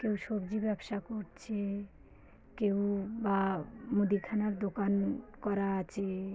কেউ সবজি ব্যবসা করছে কেউ বা মুদিখানার দোকান করা আছে